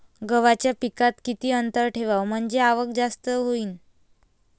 गव्हाच्या पिकात किती अंतर ठेवाव म्हनजे आवक जास्त होईन?